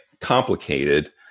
complicated